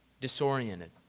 disoriented